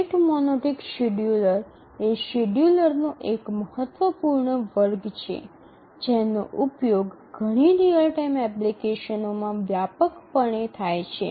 rate monotonic scheduler એ શેડ્યૂલરનો એક મહત્વપૂર્ણ વર્ગ છે જેનો ઉપયોગ ઘણી રીઅલ ટાઇમ એપ્લિકેશનોમાં વ્યાપકપણે થાય છે